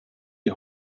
die